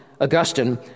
Augustine